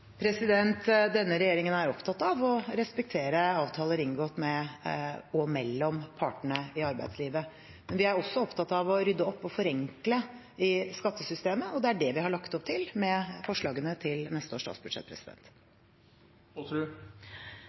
Denne regjeringen er opptatt av å respektere avtaler inngått med og mellom partene i arbeidslivet. Men vi er også opptatt av å rydde opp og forenkle i skattesystemet, og det er det vi har lagt opp til med forslagene til neste års statsbudsjett.